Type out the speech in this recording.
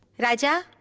raja!